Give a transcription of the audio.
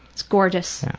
it's gorgeous.